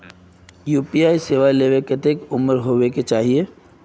UPI सेवा ले में कते उम्र होबे के चाहिए?